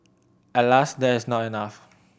Alas that is not enough